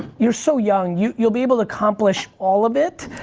you're so young, you'll you'll be able to accomplish all of it.